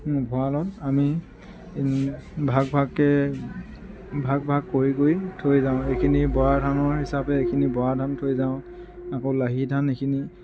ভঁৰালত আমি এই ভাগ ভাগকৈ ভাগ ভাগ কৰি কৰি থৈ যাওঁ এইখিনি বৰাধানৰ হিচাপে এইখিনি বৰাধানৰ থৈ যাওঁ আকৌ লাহিধান এইখিনি